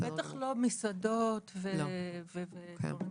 בטח לא מסעדות ודברים כאלה.